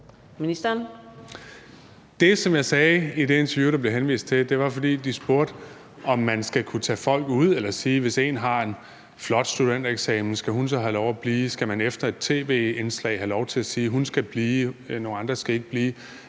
Det, som jeg sagde i det interview, der bliver henvist til, sagde jeg, fordi de spurgte, om man skal kunne tage folk ud eller sige, at hvis en har en flot studentereksamen, skal hun have lov til at blive, eller om man efter et tv-indslag skal have lov til at sige, at hun skal blive, og at nogle andre ikke skal blive.